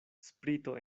sprito